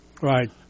Right